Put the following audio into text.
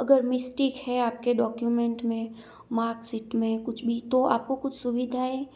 अगर मिस्टेक है आपके डॉक्यूमेंट में मार्कशीट में कुछ भी तो आपको कुछ सुविधाएं